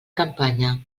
campanya